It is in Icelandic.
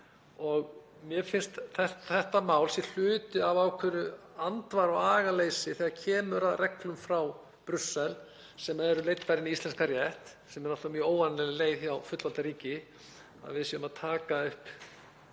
og mér finnst að þetta mál sé hluti af ákveðnu andvara- og agaleysi þegar kemur að reglum frá Brussel sem eru leiddar inn í íslenskan rétt. Þetta er náttúrlega mjög óvanaleg leið hjá fullvalda ríki, að við séum að taka upp